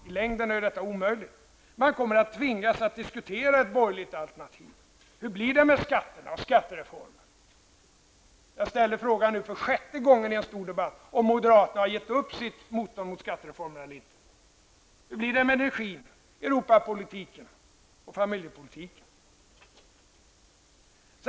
I längden är det omöjligt att komma ifrån en diskussion. Man kommer att tvingas att diskutera ett borgerligt alternativ. Hur blir det med skatterna och skattereformen? Jag ställer för sjätte gången i en stor debatt frågam om moderaterna har gett upp sitt motstånd mot skattereformen eller inte. Hur blir det med energin, Europapolitiken och familjepolitiken?